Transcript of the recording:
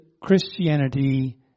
Christianity